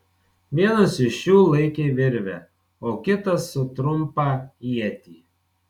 vienas iš jų laikė virvę o kitas su trumpą ietį